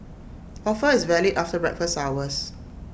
offer is valid after breakfast hours